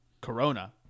corona